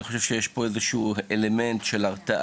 אני חושב שיש פה אלמנט של הרתעה.